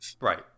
Right